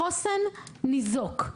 החוסן ניזוק.